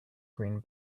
green